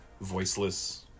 voiceless